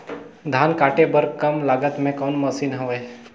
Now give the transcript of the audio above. धान काटे बर कम लागत मे कौन मशीन हवय?